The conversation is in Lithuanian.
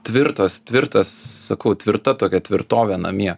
tvirtos tvirtas sakau tvirta tokia tvirtovė namie